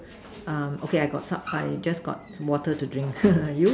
err okay I got some I just got water to drink you